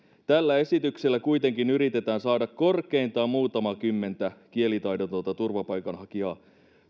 tällä esityksellä kuitenkin yritetään saada korkeintaan muutamaa kymmentä kielitaidotonta turvapaikanhakijaa